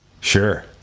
Sure